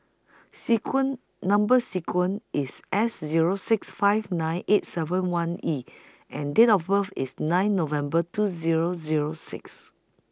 sequin Number sequin IS S Zero six five nine eight seven one E and Date of birth IS nine November two Zero Zero six